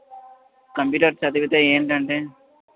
computers చదివితే ఏంటంటే